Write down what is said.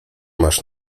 masz